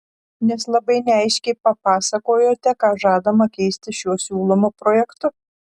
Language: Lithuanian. nes labai neaiškiai papasakojote ką žadama keisti šiuo siūlomu projektu